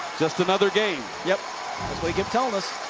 just another game. yep, that's what he kept telling us.